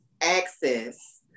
access